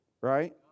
Right